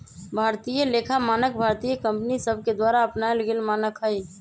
भारतीय लेखा मानक भारतीय कंपनि सभके द्वारा अपनाएल गेल मानक हइ